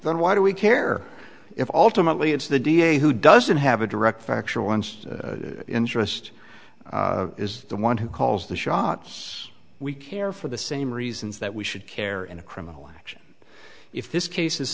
then why do we care if alternately it's the d a who doesn't have a direct factual ones interest is the one who calls the shots we care for the same reasons that we should care in a criminal action if this case